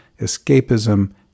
escapism